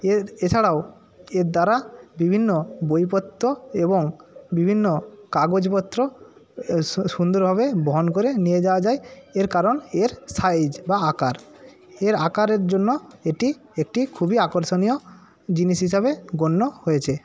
এর এছাড়াও এর দ্বারা বিভিন্ন বইপত্র এবং বিভিন্ন কাগজপত্র সুন্দরভাবে বহন করে নিয়ে যাওয়া যায় এর কারণ এর সাইজ বা আকার এর আকারের জন্য এটি একটি খুবই আকর্ষণীয় জিনিস হিসেবে গণ্য হয়েছে